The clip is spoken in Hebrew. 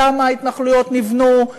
למה ההתנחלויות נבנו,